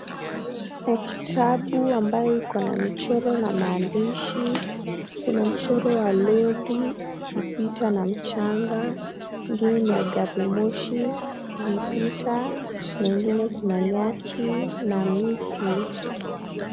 Ni kitabu ambayo iko na michoro na maandishi, kuna mchoro ya Lori ikipita na mchanga, ingine ni ya gari moshi ikipita na ingine kuna nyasi na miti.